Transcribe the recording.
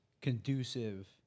conducive